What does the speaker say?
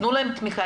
תנו להן תמיכה.